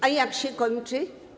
A jak się kończy?